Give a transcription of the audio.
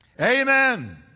Amen